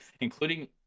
including